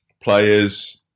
Players